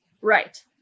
Right